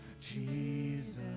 Jesus